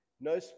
No